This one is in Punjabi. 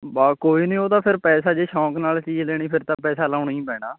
ਬਾ ਕੋਈ ਨੀ ਉਹ ਤਾਂ ਫਿਰ ਪੈਸਾ ਜੇ ਸ਼ੌਂਕ ਨਾਲ ਚੀਜ਼ ਲੇਣੀ ਫਿਰ ਤਾਂ ਪੈਸਾ ਲਾਉਣਾ ਹੀ ਪੈਣਾ